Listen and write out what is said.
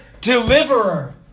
deliverer